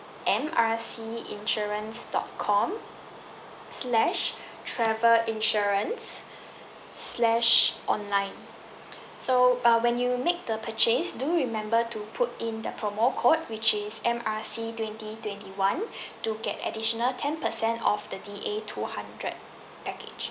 M R C insurance dot com slash travel insurance slash online so uh when you make the purchase do remember to put in the promo code which is M R C twenty twenty one to get additional ten percent of the D A two hundred package